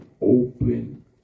open